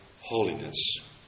holiness